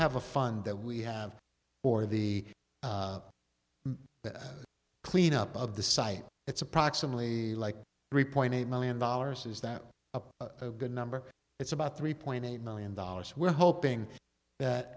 have a fund that we have or the the cleanup of the site it's approximately like three point eight million dollars is that a good number it's about three point eight million dollars we're hoping that